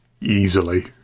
Easily